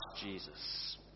Jesus